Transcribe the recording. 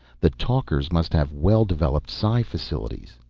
the talkers must have well developed psi facilities,